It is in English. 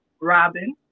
Robin